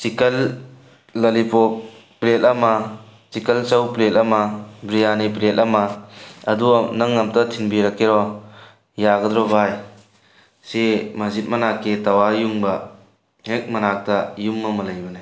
chicken lollipop plate ꯑꯃ chicken chow plate ꯑꯃ biryani plate ꯑꯃ ꯑꯗꯣ ꯅꯪ ꯑꯝꯇ ꯊꯤꯟꯕꯤꯔꯛꯀꯦꯔꯣ ꯌꯥꯒꯗꯔꯣ ꯕꯥꯏ ꯁꯤ ꯃꯁꯖꯤꯠ ꯃꯅꯥꯛꯀꯤ ꯇꯥꯎꯋ꯭ꯔ ꯌꯨꯡꯕ ꯍꯦꯛ ꯃꯅꯥꯛꯇ ꯌꯨꯝ ꯑꯃ ꯂꯩꯕꯅꯦ